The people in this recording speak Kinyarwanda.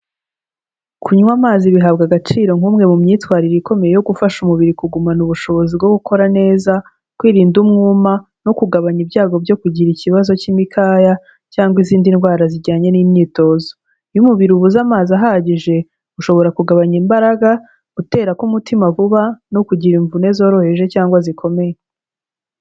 Kunywa amazi bihabwa agaciro nk'umwe mu myitwarire ikomeye yo gufasha umubiri kugumana ubushobozi bwo gukora neza, kwirinda umwuma no kugabanya ibyago byo kugira ikibazo cy'imikaya cyangwa izindi ndwara zijyanye n'imyitozo. Iyo umubiri ubuze amazi ahagije, ushobora kugabanya imbaraga, gutera k'umutima vuba no kugira imvune zoroheje cyangwa zikomeye.